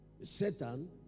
Satan